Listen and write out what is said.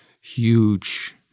huge